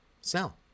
sell